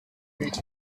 meet